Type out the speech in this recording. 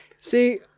See